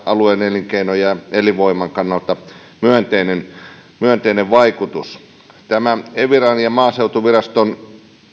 alueen elinkeinon ja elinvoiman kannalta myönteinen vaikutus tämä eviran ja maaseutuviraston